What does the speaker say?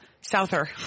Souther